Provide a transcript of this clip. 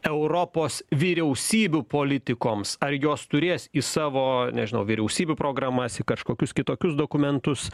europos vyriausybių politikoms ar jos turės į savo nežinau vyriausybių programas į kažkokius kitokius dokumentus